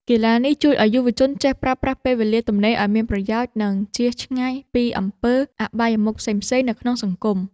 កីឡានេះជួយឱ្យយុវជនចេះប្រើប្រាស់ពេលវេលាទំនេរឱ្យមានប្រយោជន៍ និងជៀសឆ្ងាយពីអំពើអបាយមុខផ្សេងៗនៅក្នុងសង្គម។